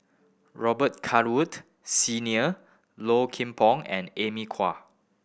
Robet Wood Senior Low Kim Pong and Amy Khor